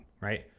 right